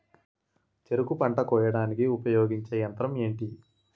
చెరుకు పంట కోయడానికి ఉపయోగించే యంత్రం ఎంటి?